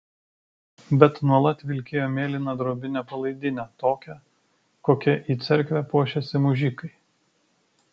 bet nuolat vilkėjo mėlyną drobinę palaidinę tokią kokia į cerkvę puošiasi mužikai